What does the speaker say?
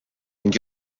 ning